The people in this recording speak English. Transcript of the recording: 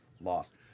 Lost